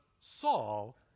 Saul